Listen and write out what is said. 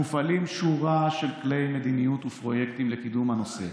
מופעלים שורה של כלי מדיניות ופרויקטים לקידום הנושא,